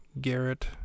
Garrett